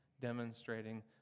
demonstrating